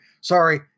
sorry